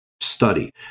study